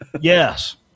Yes